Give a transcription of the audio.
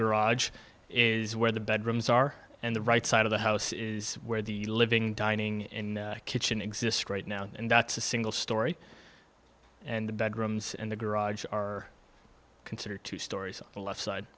garage is where the bedrooms are and the right side of the house is where the living dining in kitchen exist right now and that's a single story and the bedrooms in the garage are considered two stories the left side